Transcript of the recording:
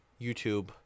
YouTube